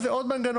אז זה עוד מנגנון.